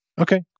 Okay